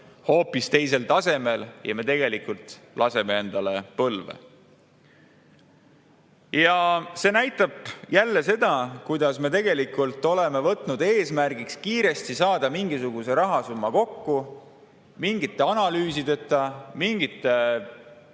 hoopis teisel tasemel ja me tegelikult laseme endale põlve. See näitab jälle seda, kuidas me tegelikult oleme võtnud eesmärgiks kiiresti saada mingisuguse rahasumma kokku, ilma mingite analüüsideta ja